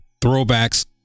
throwbacks